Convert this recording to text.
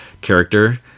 character